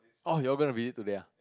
oh you gonna be leave today ah